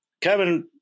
kevin